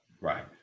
right